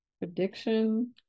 prediction